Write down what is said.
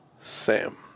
sam